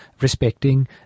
respecting